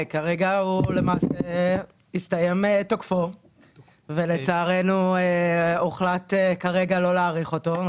כרגע למעשה הסתיים תוקפו ולצערנו הוחלט כרגע לא להאריך אותו.